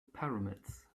pyramids